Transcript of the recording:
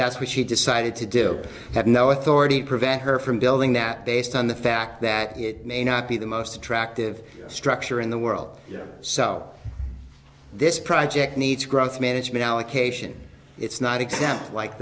that's what she decided to do have no authority to prevent her from building that based on the fact that it may not be the most attractive structure in the world so this project needs growth management allocation it's not exempt like